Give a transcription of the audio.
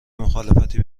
مخالفتی